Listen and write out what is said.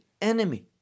enemy